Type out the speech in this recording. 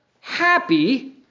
happy